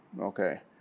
Okay